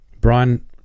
Brian